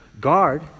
guard